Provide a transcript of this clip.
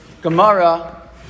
gemara